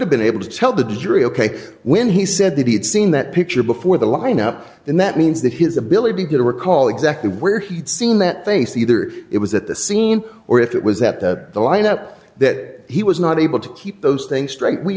have been able to tell the jury ok when he said that he had seen that picture before the lineup and that means that his ability to recall exactly where he had seen that face either it was at the scene or it was that the lineup that he was not able to keep those things straight we